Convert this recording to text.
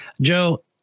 Joe